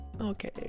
Okay